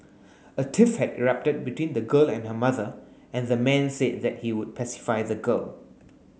a tiff had erupted between the girl and her mother and the man said that he would pacify the girl